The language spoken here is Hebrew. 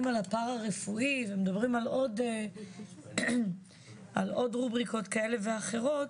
על הפרה רפואי ומדברים על עוד רובריקות כאלה ואחרות,